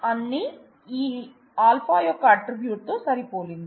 అన్ని ఈ α యొక్క అట్ట్రిబ్యూట్ తో సరిపోలింది